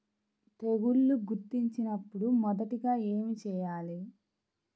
తెగుళ్లు గుర్తించినపుడు మొదటిగా ఏమి చేయాలి?